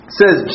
says